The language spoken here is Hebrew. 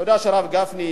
אתה יודע, הרב גפני,